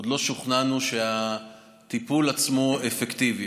עוד לא שוכנענו שהטיפול עצמו אפקטיבי.